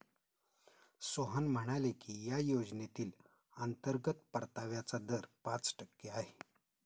सोहन म्हणाले की या योजनेतील अंतर्गत परताव्याचा दर पाच टक्के आहे